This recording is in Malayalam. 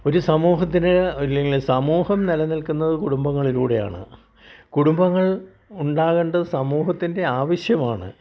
ഒരു സമൂഹത്തിന് ഇല്ലെങ്കിൽ സമൂഹം നില നിൽക്കുന്ന കുടുംബങ്ങളിലൂടെയാണ് കുടുംബങ്ങൾ ഉണ്ടാകേണ്ട സമൂഹത്തിൻ്റെ ആവിശ്യമാണ്